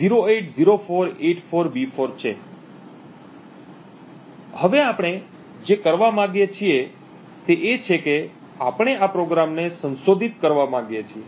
હવે આપણે જે કરવા માંગીએ છીએ તે છે કે આપણે આ પ્રોગ્રામને સંશોધિત કરવા માગીએ છીએ